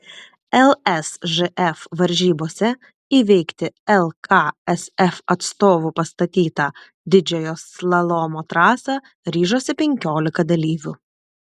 lsžf varžybose įveikti lksf atstovų pastatytą didžiojo slalomo trasą ryžosi penkiolika dalyvių